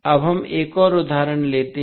अब हम एक और उदाहरण लेते हैं